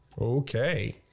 Okay